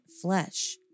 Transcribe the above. flesh